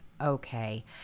Okay